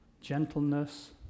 gentleness